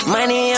Money